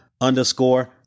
underscore